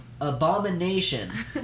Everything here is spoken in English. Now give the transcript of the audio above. ABOMINATION